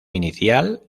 inicial